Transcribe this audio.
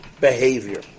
behavior